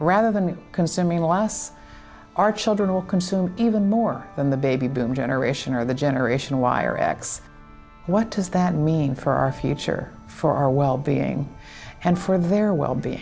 rather than consuming less our children will consume even more than the baby boom generation or the generation y or x what does that mean for our future for our well being and for their wellbeing